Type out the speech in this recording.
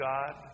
God